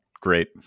great